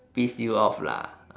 piss you off lah